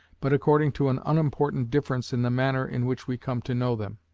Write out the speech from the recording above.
but according to an unimportant difference in the manner in which we come to know them.